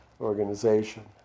organization